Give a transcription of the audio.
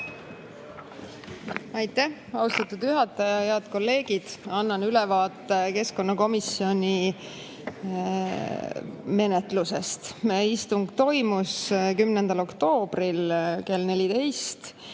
Aitäh, austatud juhataja! Head kolleegid! Annan ülevaate keskkonnakomisjoni menetlusest. Meie istung toimus 10. oktoobril kell 14